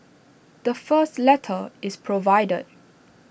the first letter is provided